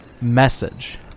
message